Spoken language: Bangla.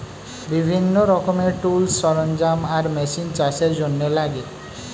বিভিন্ন রকমের টুলস, সরঞ্জাম আর মেশিন চাষের জন্যে লাগে